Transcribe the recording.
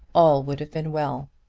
all would have been well!